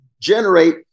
generate